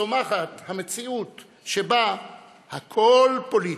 צומחת המציאות שבה הכול פוליטי.